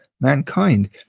mankind